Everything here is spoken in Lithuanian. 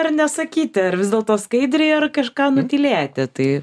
ar nesakyti ar vis dėlto skaidriai ar kažką nutylėti tai